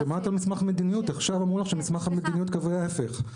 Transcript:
עכשיו אמרו לך שמסמך המדיניות קובע ההיפך.